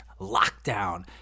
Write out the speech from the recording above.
lockdown